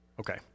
Okay